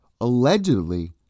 allegedly